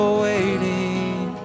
waiting